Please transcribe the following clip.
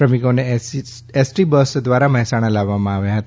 શ્રમિકોને ST bus દ્વારા મહેસાણા લાવવામાં આવ્યા હતા